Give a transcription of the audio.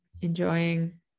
enjoying